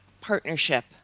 partnership